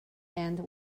end